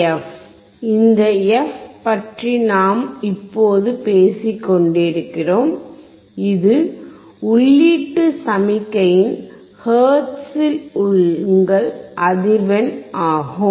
F இந்த F பற்றி நாம் இப்போது பேசிக்கொண்டிருக்கிறோம் இது உள்ளீட்டு சமிஞையின் ஹெர்ட்ஸில் உங்கள் அதிர்வெண் ஆகும்